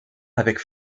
avec